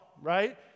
right